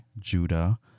Judah